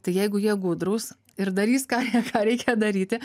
tai jeigu jie gudrūs ir darys ką reikia daryti